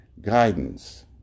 guidance